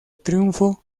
triunfo